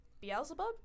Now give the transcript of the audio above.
Beelzebub